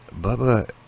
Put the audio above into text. Bubba